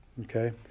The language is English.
Okay